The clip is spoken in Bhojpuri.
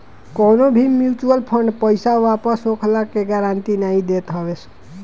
कवनो भी मिचुअल फंड पईसा वापस होखला के गारंटी नाइ देत हवे सन